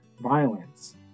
violence